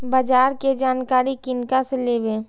बाजार कै जानकारी किनका से लेवे?